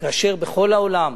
כאשר בכל העולם